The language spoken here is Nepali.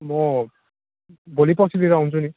म भोलि पर्सीतिर आउँछु नि